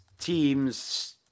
teams